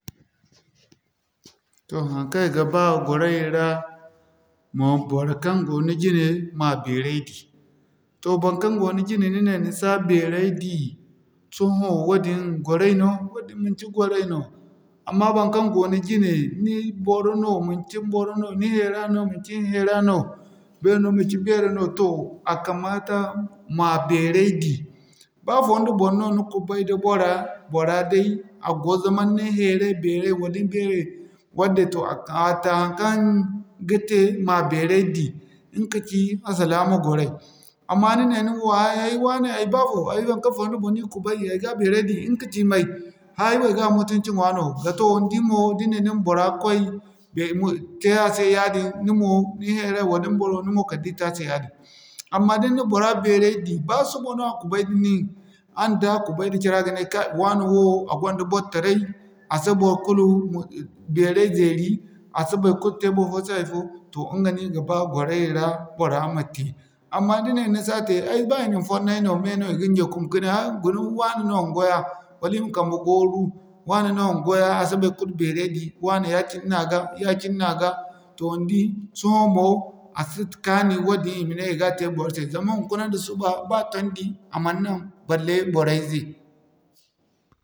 Toh haŋkaŋ i ga ba gwaray ra, baŋkaŋ go ni jine, ma beeray di. Toh baŋkaŋ go ni jine, ni ne ni si a beeray di, sohõ wadin gwaray no? Wadin manci gwaray no. Amma baŋkaŋ go ni jine, ni boro no, manci ni boro no, ni hayra no manci ni hayra no ni beere no manci ni beere no to a kamata ma beeray di. Ba fondo boŋ no ni kubay da bora, bora day a goza man ni hayra beeray wala ni beere bor din toh hata kaŋ ga te, ma beeray di ɲga kaci, alsilaama gwaray. Amma ni ne ni wo ay waane, ay baa fo ay haŋkaŋ fondo boŋ no ir kubay, ay ga beeray di ɲga kaci may? Hã'a ay wo ay ga mutunci ɲwa no gato din mo ni ne ni ma bora koy te a se yaadin ni mo, ni hayray wala ni boro ni mo kala da i te a se yaadin. Amma da ni na bora beeray di ba suba no a kubay da nin araŋ da kubay da care a ga ne kai, wane wo a gonda bor taray, a si bor kulu beeray zeeri, a si baikulu te barfo se hay'fo ɲga no i ga ba gwaray ra, bora ma te. Amma da ni ne ni si a te ay ba i na ni fonnay no mey no i ga ɲyaku ka ne ay guna waane no yongo ya wala i ma kambe gooru waane no yongo ya a si baikulu beeray di, waane ya-cine no a ga, ya-cine no a ga. Toh ni di sohõ mo a si kaani woodin i ma ne i ga te bor se zama hinkuna nda suba ba tondi a man nan balle bora'ize